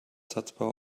satzbau